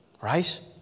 Right